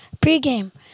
pregame